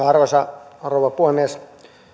arvoisa rouva puhemies